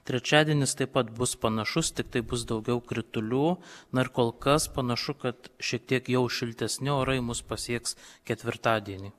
trečiadienis taip pat bus panašus tiktai bus daugiau kritulių na ir kol kas panašu kad šiek tiek jau šiltesni orai mus pasieks ketvirtadienį